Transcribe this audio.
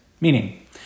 meaning